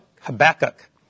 Habakkuk